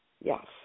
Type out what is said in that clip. yes